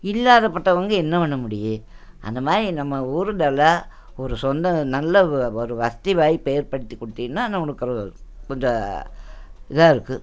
இல்லாதபட்டவங்க என்ன பண்ண முடியும் அந்தமாதிரி நம்ம ஊருங்களில் ஒரு சொந்த நல்ல ஒரு வசதி வாய்ப்பை ஏற்படுத்தி கொடுத்தீங்கன்னா கொஞ்சம் இதாகருக்கும்